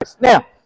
Now